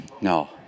No